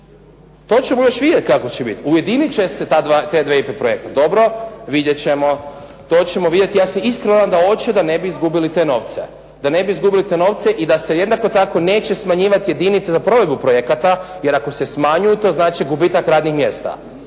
To ćemo još vidjeti kako će biti. Ujedinit će se ta dva IPA projekta. Dobro. Vidjet ćemo. To ćemo vidjeti. Ja se iskreno nadam da hoće, da ne bi izgubili te novce. Da ne bi izgubili te novce i da se jednako tako neće smanjivati jedinica za provedbu projekata, jer ako se smanjuju to znači gubitak radnih mjesta.